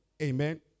Amen